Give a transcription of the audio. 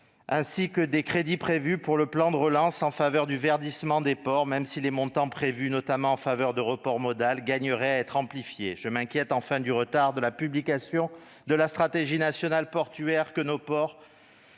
ainsi que des crédits prévus pour le plan de relance en faveur du verdissement des ports, même si les montants prévus, notamment en faveur du report modal, gagneraient à être amplifiés. Je m'inquiète, enfin, du retard pris dans la publication de la stratégie nationale portuaire, que nos ports